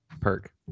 perk